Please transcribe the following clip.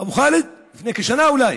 אבו חאלד, לפני כשנה, אולי,